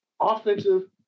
Offensive